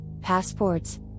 passports